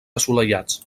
assolellats